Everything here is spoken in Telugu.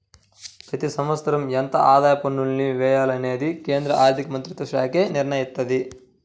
ప్రతి సంవత్సరం ఎంత ఆదాయ పన్నుల్ని వెయ్యాలనేది కేంద్ర ఆర్ధికమంత్రిత్వశాఖే నిర్ణయిత్తది